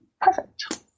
Perfect